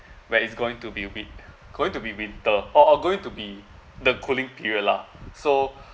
where it's going to be win~ going to be winter or or going to be the cooling period lah so